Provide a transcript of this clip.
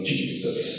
Jesus